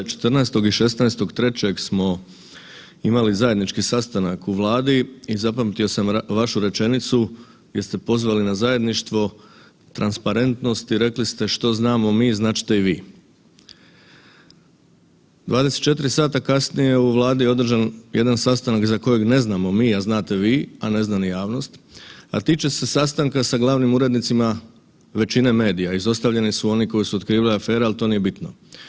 14. i 16.03. smo imali zajednički sastanak u Vladi i zapamtio sam vašu rečenicu, gdje ste pozvali na zajedništvo, transparentnost i rekli ste, što znamo mi, znat ćete i vi. 24 sata kasnije u Vladi je održan jedan sastanak za kojeg ne znamo vi, a znate vi, a ne zna ni javnost, a tiče se sastanka sa glavnim urednicima većine medija, izostavljeni su oni koji su otkrivali afere, ali to nije bitno.